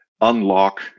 unlock